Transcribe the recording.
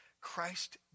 Christ